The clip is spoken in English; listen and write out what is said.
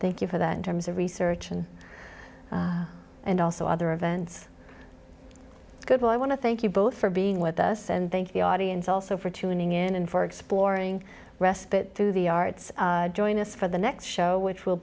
thank you for that in terms of research and and also other events good well i want to thank you both for being with us and thank the audience also for tuning in and for exploring respite through the arts join us for the next show which w